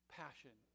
passion